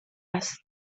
است